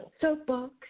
Soapbox